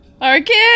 Arkin